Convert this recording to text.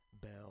Bell